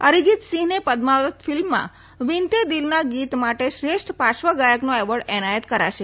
અરિજીત સિંહને પદ્માવત ફિલ્મમાં વિન્તે દિલ ના ગીત માટે શ્રેષ્ઠ પાર્શ્વગાયકનો એવોર્ડ એનાયત કરાશે